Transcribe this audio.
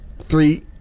three